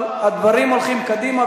אבל הדברים הולכים קדימה,